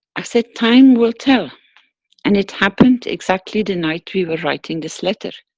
i said, time will tell and it happened exactly the night we were writing this letter.